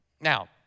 Now